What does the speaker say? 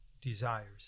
desires